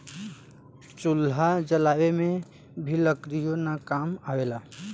चूल्हा जलावे में भी लकड़ीये न काम आवेला